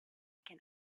can